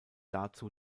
dazu